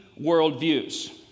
worldviews